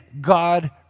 God